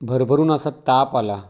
भरभरून असा ताप आला